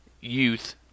youth